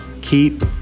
Keep